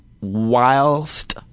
whilst